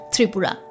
Tripura